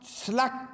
slack